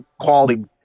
quality